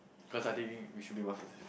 cause I think we should be more specific